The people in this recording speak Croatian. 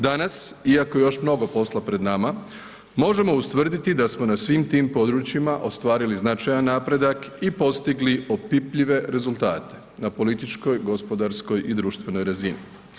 Danas iako je još mnogo posla pred nama, možemo ustvrditi da smo na svim tim područjima ostvarili značajan napredak i postigli opipljive rezultate na političkoj, gospodarskoj i društvenoj razini.